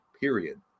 period